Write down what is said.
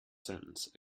sentence